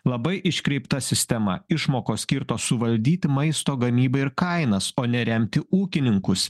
labai iškreipta sistema išmokos skirtos suvaldyti maisto gamybą ir kainas o ne remti ūkininkus